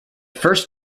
first